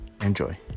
enjoy